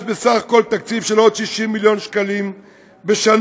בסך הכול תקציב של עוד 60 מיליון שקלים בשנה,